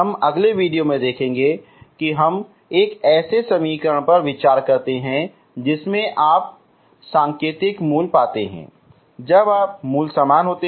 हम अगले वीडियो में देखेंगे कि हम एक ऐसे समीकरण पर विचार करते हैं जिसके जब आप सांकेतिक मूल पाते हैं जब मूल समान होते हैं